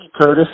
Curtis